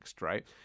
right